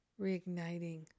reigniting